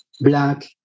black